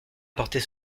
porter